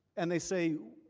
and they say,